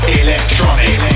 electronic